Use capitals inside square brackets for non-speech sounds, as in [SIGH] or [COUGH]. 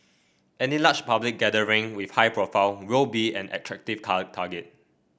any large public gathering with high profile will be an attractive [UNINTELLIGIBLE] target